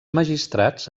magistrats